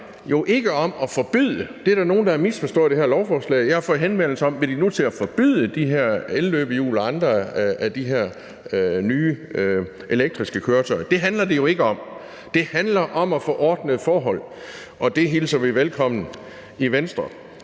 her handler jo ikke om at forbyde, hvad der er nogen, der har misforstået i forbindelse med det her lovforslag. Jeg har fået henvendelse om, om de nu vil til at forbyde de her elløbehjul og andre af de her nye elektriske køretøjer, men det handler det jo ikke om. Det handler om at få ordnede forhold, og det hilser vi velkommen i Venstre.